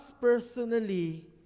personally